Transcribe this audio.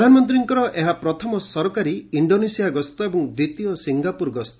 ପ୍ରଧାନମନ୍ତ୍ରୀଙ୍କର ଏହା ପ୍ରଥମ ସରକାରୀ ଇଣ୍ଡୋନେସିଆ ଗସ୍ତ ଏବଂ ଦ୍ୱିତୀୟ ସିଙ୍ଗାପୁର ଗସ୍ତ